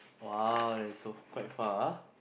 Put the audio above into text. !wow! that's so quite far ah